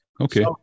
Okay